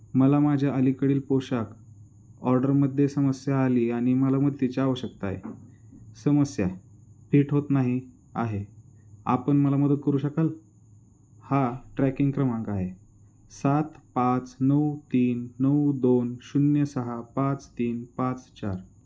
मला माझ्या अलीकडील पोशाख ऑर्डरमध्ये समस्या आली आणि मला मदतीची आवश्यकता आहे समस्या पिठ होत नाही आहे आपण मला मदत करू शकाल हा ट्रॅकिंग क्रमांक आहे सात पाच नऊ तीन नऊ दोन शून्य सहा पाच तीन पाच चार